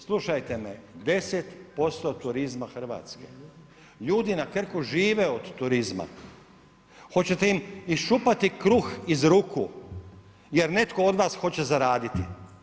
Slušajte me, 10% turizma Hrvatske, ljudi na Krku žive od turizma, hoćete im iščupati kruh iz ruku, jer netko od vas hoće zaraditi?